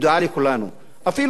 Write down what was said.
ואפילו בעידן החדש,